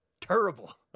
terrible